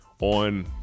on